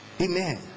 Amen